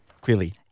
clearly